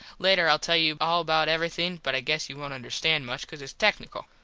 later ill tell you all about everything but i guess you wont understand much cause its tecknickle.